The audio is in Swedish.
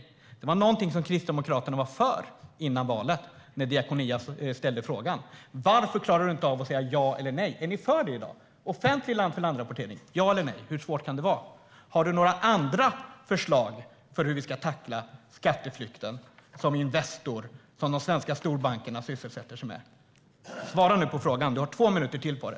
Det var någonting som Kristdemokraterna var för före valet när Diakonia ställde frågan. Varför klarar du inte av att säga ja eller nej? Är ni för offentlig land-för-land-rapportering i dag - ja eller nej? Hur svårt kan det vara? Har du några andra förslag på hur vi ska tackla skatteflykten som Investor och de svenska storbankerna sysselsätter sig med? Svara nu på frågan! Du har två minuter till på dig.